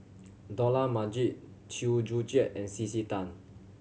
Dollah Majid Chew Joo Chiat and C C Tan